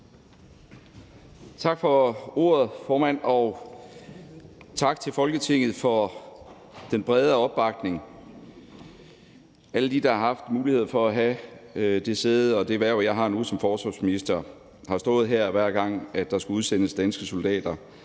Tak for ordet, formand, og tak til Folketinget for den brede opbakning. Alle de, der har haft mulighed for at have det sæde og det hverv, jeg har nu som forsvarsminister, har stået her, hver gang der skulle udsendes danske soldater,